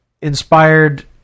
inspired